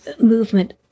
movement